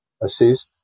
assist